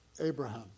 Abraham